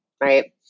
right